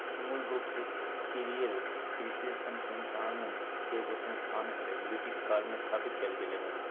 मूल रूप से इंपीरियल कृषि अनुसंधान एगो संस्थान हलई, ब्रिटिश काल मे स्थापित कैल गेलै हल